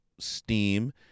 Steam